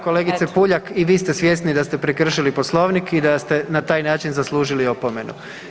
Kolegice Puljak, i vi ste svjesni da ste prekršili Poslovnik i da ste na taj način zaslužili opomenu.